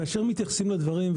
כאשר מתייחסים לדברים,